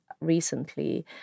recently